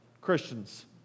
Christians